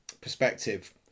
perspective